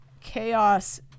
chaos